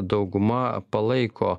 dauguma palaiko